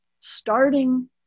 starting